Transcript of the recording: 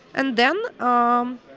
and then, um,